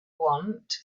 want